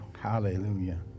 Hallelujah